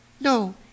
No